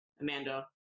amanda